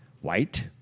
white